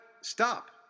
Stop